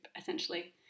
essentially